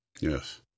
Yes